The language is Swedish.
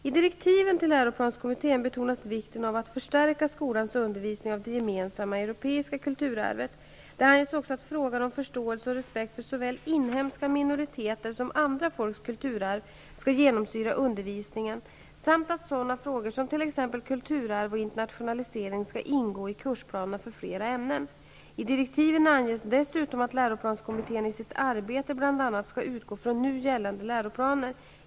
I direktiven till läroplanskommittén betonas vikten av att förstärka skolans undervisning av det gemensamma europeiska kulturarvet. Det anges också att frågan om förståelse och respekt för såväl inhemska minoriteter som andra folks kulturarv skall genomsyra undervisningen samt att sådana frågor som t.ex. kulturarv och internationalisering skall ingå i kursplanerna för flera ämnen. I direktiven anges dessutom att läroplanskommittén i sitt arbete bl.a. skall utgå från nu gällande läroplaner.